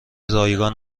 رایگان